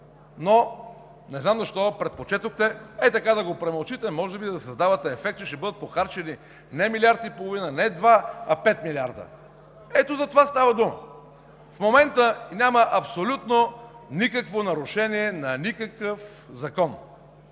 но не знам защо предпочетохте, ей така, да го премълчите – може би да създавате ефект, че ще бъдат похарчени не милиард и половина, не два, а пет милиарда. Ето за това става дума. В момента няма абсолютно никакво нарушение на никакъв закон